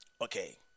Okay